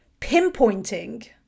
pinpointing